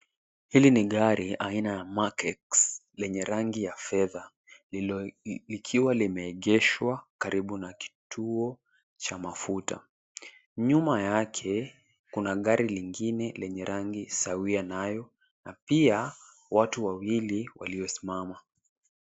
Hili ni gari aina ya Mark X lenye rangi ya fedha likiwa limeegeshwa karibu na kituo cha mafuta. Nyuma yake, kuna gari lingine lenye rangi sawia nayo na pia watu wawili waliosimama.